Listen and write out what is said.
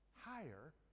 higher